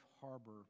harbor